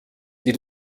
die